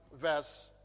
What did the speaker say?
verse